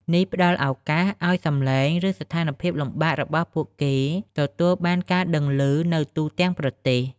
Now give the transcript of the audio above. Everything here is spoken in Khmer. នេះផ្តល់ឱកាសឱ្យសំឡេង ឬ ស្ថានភាពលំបាករបស់ពួកគេទទួលបានការដឹងឮ នៅទូទាំងប្រទេស។